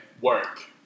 work